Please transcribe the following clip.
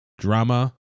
drama